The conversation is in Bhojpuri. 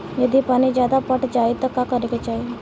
यदि पानी ज्यादा पट जायी तब का करे के चाही?